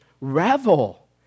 revel